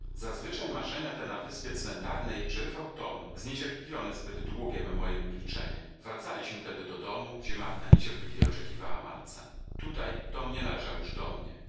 zazwyczaj marzenia te na wyspie cmentarnej przerywał tom zniecierpliwiony zbyt długiem mojem milczeniem wracaliśmy tedy do domu gdzie marta niecierpliwie oczekiwała malca tutaj tom nie należał już do mnie